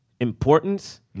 importance